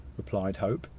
replied hope,